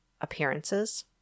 appearances